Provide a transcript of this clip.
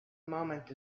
moment